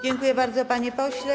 Dziękuję bardzo, panie pośle.